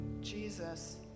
Jesus